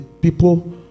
people